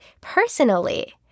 personally